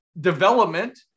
development